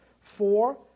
Four